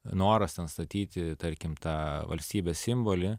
noras ten statyti tarkim tą valstybės simbolį